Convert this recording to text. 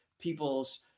people's